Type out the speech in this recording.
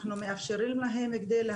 אנחנו מאפשרים להם את זה,